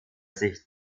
sich